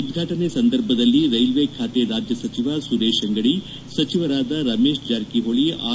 ಉದ್ಘಾಟನೆ ಸಂದರ್ಭದಲ್ಲಿ ರೈಲ್ವೆ ಖಾತೆ ರಾಜ್ಯ ಸಚಿವ ಸುರೇಶ್ ಅಂಗಡಿ ಸಚಿವರಾದ ರಮೇಶ್ ಜಾರಕಿಹೊಳಿ ಆರ್